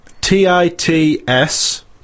T-I-T-S